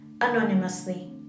anonymously